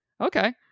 Okay